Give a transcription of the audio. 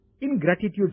ingratitude